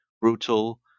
Brutal